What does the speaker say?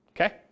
okay